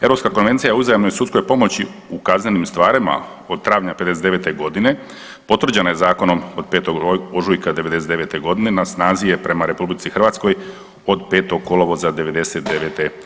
Europska konvencija u uzajamnoj sudskoj pomoći u kaznenim stvarima od travnja '59.g. potvrđena je zakonom od 5. ožujka '99.g. na snazi je prema RH od 5. kolovoza '99.